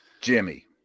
Jimmy